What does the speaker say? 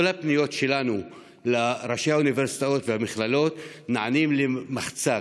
כל הפניות שלנו לראשי האוניברסיטאות ומהכללות נענות למחצה,